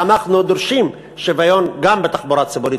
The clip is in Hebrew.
ואנחנו דורשים שוויון גם בתחבורה הציבורית,